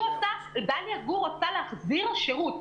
תלוי גם במרחקים שהתלמידים מגיעים מהם.